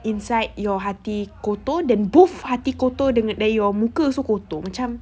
inside your hati kotor then both hati kotor dan muka pun kotor